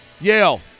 Yale